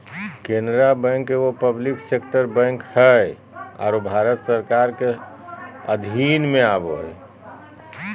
Canara bank एगो public sector bank हइ आरो भारत सरकार के स्वामित्व में आवो हइ